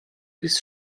bis